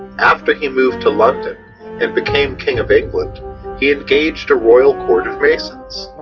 after he moved to london and became king of england, he engaged a royal court of masons.